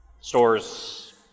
stores